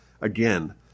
again